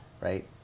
right